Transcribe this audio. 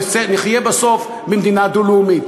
שנחיה בסוף במדינה דו-לאומית.